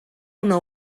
una